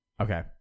Okay